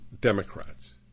Democrats